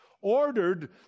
ordered